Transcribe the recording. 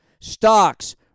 Stocks